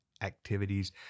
activities